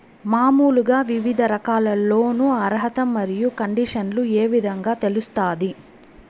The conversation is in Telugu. మామూలుగా వివిధ రకాల లోను అర్హత మరియు కండిషన్లు ఏ విధంగా తెలుస్తాది?